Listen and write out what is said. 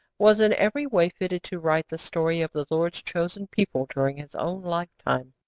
was in every way fitted to write the story of the lord's chosen people during his own life-time.